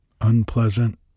unpleasant